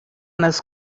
nas